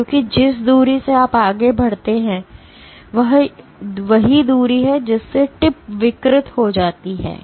क्योंकि जिस दूरी से आप आगे बढ़ते हैं वही दूरी है जिससे टिप विकृत हो जाती है